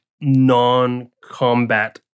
non-combat